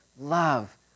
love